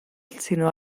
sinó